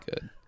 good